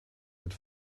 mit